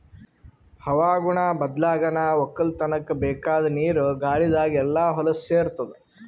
ಹವಾಗುಣ ಬದ್ಲಾಗನಾ ವಕ್ಕಲತನ್ಕ ಬೇಕಾದ್ ನೀರ ಗಾಳಿದಾಗ್ ಎಲ್ಲಾ ಹೊಲಸ್ ಸೇರತಾದ